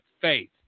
faith